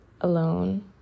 alone